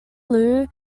lou